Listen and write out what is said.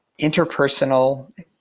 interpersonal